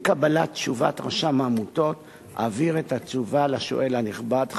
עם קבלת תשובת רשם העמותות אעביר את התשובה לשואל הנכבד,